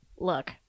Look